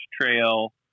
Trail